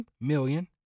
million